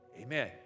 amen